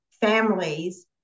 families